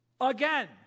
again